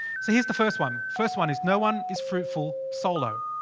so here is the first one. first one is no one is fruitful solo.